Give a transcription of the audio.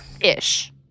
ish